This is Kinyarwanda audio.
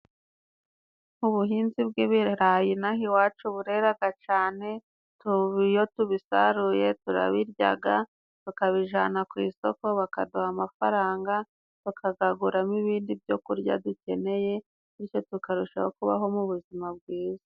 Ubuhinzi bw'ibirayi inaha iwacu bureraga cane. Iyo tubisaruye turabiryaga, bakabijana ku isoko bakaduha amafaranga bakagaguramo ibindi byokurya dukeneye bityo tukarushaho kubaho mu buzima bwiza.